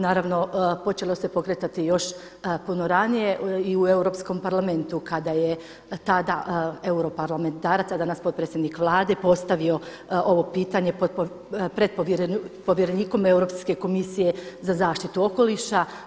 Naravno počelo se pokretati još puno ranije i u Europskom parlamentu kada je tada europarlamentarac, a danas potpredsjednik Vlade postavio ovo pitanje pred povjerenikom Europske komisije za zaštitu okoliša.